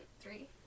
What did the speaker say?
three